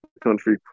Country